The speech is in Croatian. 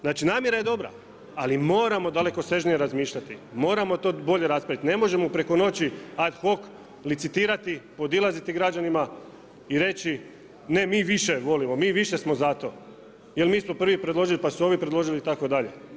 Znači namjera je dobra ali moramo dalekosežnije razmišljati, moramo to bolje raspraviti, ne možemo preko noći ad hoc licitirati, podilaziti građanima i reći, ne mi više volimo, mi više smo za to, jer mi smo prvi predložili, pa su ovi predložili itd.